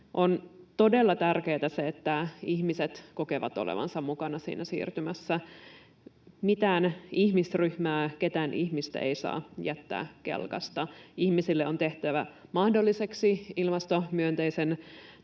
On todella tärkeää, että ihmiset kokevat olevansa mukana siinä siirtymässä. Mitään ihmisryhmää, ketään ihmistä ei saa jättää kelkasta. Ihmisille on tehtävä mahdolliseksi ilmastomyönteisen